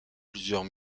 plusieurs